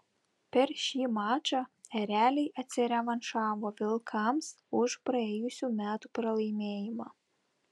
per šį mačą ereliai atsirevanšavo vilkams už praėjusių metų pralaimėjimą